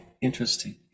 Interesting